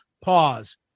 pause